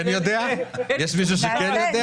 יש מישהו שכן יודע?